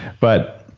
but,